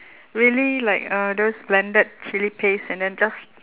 really like uh those blended chilli paste and then just